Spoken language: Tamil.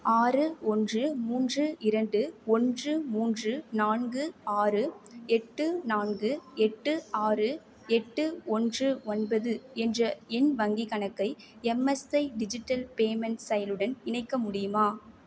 ஆறு ஓன்று மூன்று இரண்டு ஓன்று மூன்று நான்கு ஆறு எட்டு நான்கு எட்டு ஆறு எட்டு ஓன்று ஒன்பது என்ற என் வங்கி கணக்கை எம்எஸ்வை டிஜிட்டல் பேமெண்ட் செயலுடன் இணைக்க முடியுமா